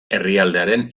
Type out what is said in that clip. herrialdearen